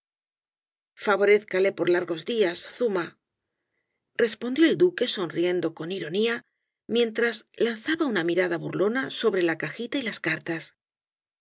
favorézcale por largos días zuma respondió el duque sonriendo con ironía mientras lanzaba una mirada burlona sobre la cajita y las cartas el